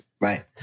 Right